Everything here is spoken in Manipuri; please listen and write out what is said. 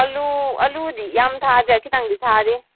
ꯑꯥꯂꯨ ꯑꯥꯂꯨꯗꯤ ꯌꯥꯝ ꯊꯥꯗ꯭ꯔꯦ ꯈꯤꯇꯪꯗꯤ ꯊꯥꯔꯤ